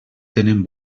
tenen